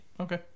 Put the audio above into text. okay